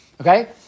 Okay